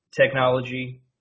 technology